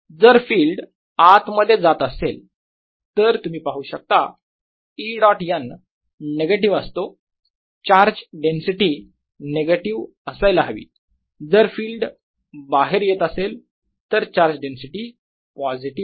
जर फिल्ड आत मध्ये जात असेल तर तुम्ही पाहू शकता E डॉट n निगेटिव असते चार्ज डेन्सिटी निगेटिव्ह असायला हवी जर फिल्ड बाहेर येत असेल तर चार्ज डेन्सिटी पॉझिटिव्ह असते